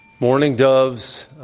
morning doves,